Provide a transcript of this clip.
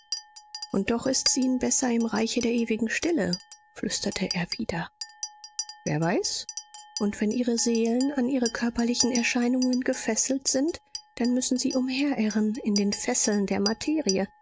und doch ist's ihnen besser im reiche der ewigen stille flüsterte er wieder wer weiß und wenn ihre seelen an ihre körperlichen erscheinungen gefesselt sind dann müssen sie umherirren in den fesseln der materie